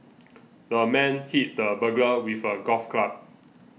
the man hit the burglar with a golf club